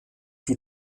die